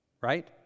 Right